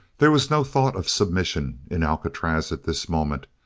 there was no thought of submission in alcatraz at this moment,